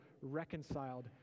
reconciled